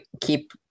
keep